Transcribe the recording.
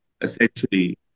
essentially